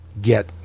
get